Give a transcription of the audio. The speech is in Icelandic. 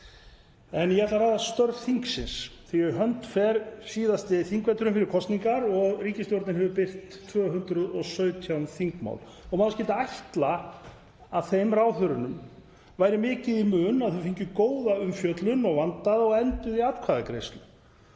En ég ætla að ræða störf þingsins. Í hönd fer síðasti þingveturinn fyrir kosningar og ríkisstjórnin hefur birt 217 þingmál sem maður skyldi ætla að ráðherrum væri mikið í mun að fengju góða umfjöllun og vandaða og enduðu í atkvæðagreiðslu.